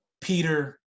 peter